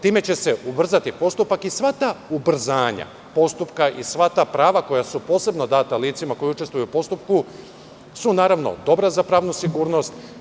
Time će se ubrzati postupak i sva ta ubrzanja postupka i sva ta prava koja su posebno data licima koja učestvuju u postupku su dobra za pravnu sigurnost.